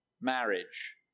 marriage